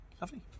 lovely